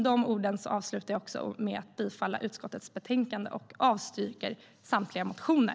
Jag yrkar bifall till förslaget i betänkandet och avslag på samtliga motioner.